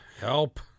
Help